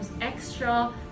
extra